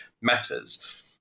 matters